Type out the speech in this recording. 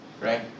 right